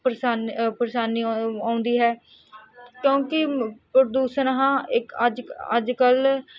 ਪਰੇਸ਼ਾਨੀ ਪਰੇਸ਼ਾਨੀ ਆ ਆਉਂਦੀ ਹੈ ਕਿਉਂਕਿ ਪ੍ਰਦੂਸ਼ਣ ਹਾਂ ਇੱਕ ਅੱਜ ਅੱਜ ਕੱਲ੍ਹ